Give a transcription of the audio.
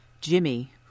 Jimmy